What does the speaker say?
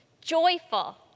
joyful